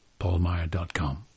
PaulMeyer.com